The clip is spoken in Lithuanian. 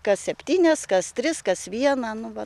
kas septynias kas tris kas vieną nu vat